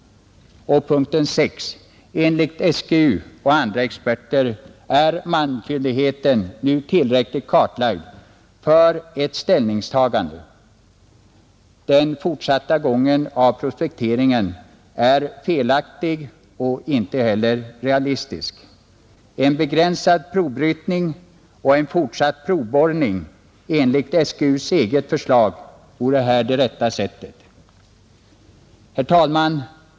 6. Enligt SGU och andra experter är malmfyndigheten nu tillräckligt kartlagd för ett ställningstagande. Den fortsatta gången av projekteringen är felaktig och inte heller realistisk. En begränsad provbrytning och en fortsatt provborrning enligt SGU :s eget förslag vore det rätta sättet. Herr talman!